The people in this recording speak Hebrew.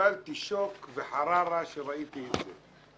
וקיבלתי שוק וחררה כשראיתי את זה.